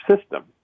system